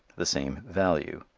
the same value.